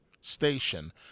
station